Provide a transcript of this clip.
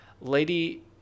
Lady